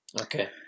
okay